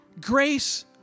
Grace